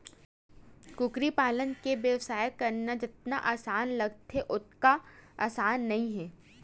कुकरी पालन के बेवसाय करना जतका असान लागथे ओतका असान नइ हे